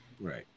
Right